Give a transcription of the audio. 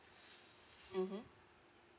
mmhmm